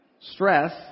stress